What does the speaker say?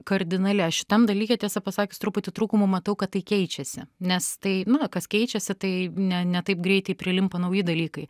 kardinali aš šitam dalyke tiesą pasakius truputį trūkumų matau kad tai keičiasi nes tai na kas keičiasi tai ne ne taip greitai prilimpa nauji dalykai